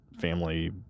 family